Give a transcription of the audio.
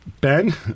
Ben